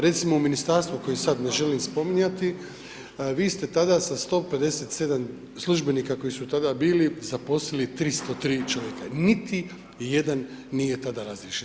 Recimo u ministarstvu koje sada ne želim spominjati, vi ste tada sa 157 službenika, koji su tada bili zaposlili 303 čovjeka, niti jedan nije tada razriješen.